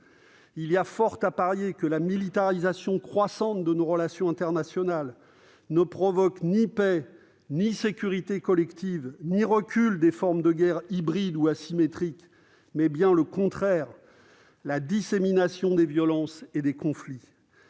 il y a fort à parier que la militarisation croissante de nos relations internationales n'engendrera ni paix, ni sécurité collective, ni recul des formes de guerre hybrides ou asymétriques. Bien au contraire, elle entraînera la dissémination des violences et des conflits.